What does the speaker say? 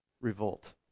Revolt